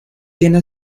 tiene